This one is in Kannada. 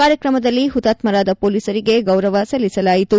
ಕಾರ್ಯಕ್ರಮದಲ್ಲಿ ಹುತಾತ್ಕರಾದ ಹೊಲೀಸರಿಗೆ ಗೌರವ ಸಲ್ಲಿಸಲಾಯಿತು